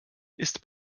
ist